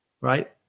right